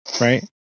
Right